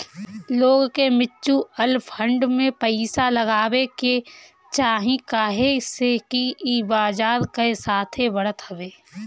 लोग के mutual fund में पइसा लगावे के चाही काहे से कि ई बजार कअ साथे बढ़त हवे